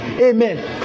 Amen